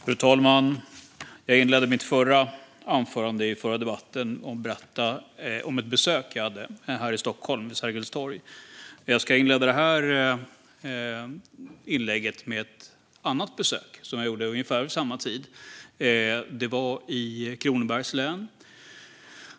Fru talman! Jag inledde mitt anförande i den förra debatten med att berätta om ett besök jag gjorde vid Sergels torg här i Stockholm. Jag ska inleda det här anförandet med att berätta om ett annat besök som jag gjorde ungefär vid samma tid. Det var i Kronobergs län.